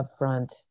upfront